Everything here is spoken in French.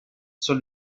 sur